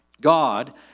God